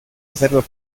hacerlo